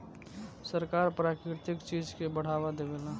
सरकार प्राकृतिक चीज के बढ़ावा देवेला